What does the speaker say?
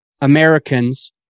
Americans